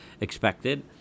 expected